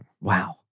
Wow